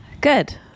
Good